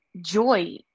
joy